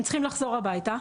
הם צריכים לחזור הביתה,